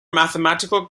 mathematical